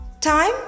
Time